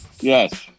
Yes